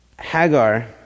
Hagar